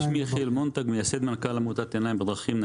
אני מייסד ומנכ"ל עמותת עיניים בדרכים,